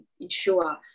ensure